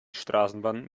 straßenbahn